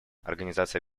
организации